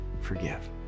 forgive